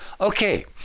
Okay